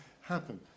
happen